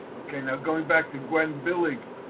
okay. now, going back to when billy.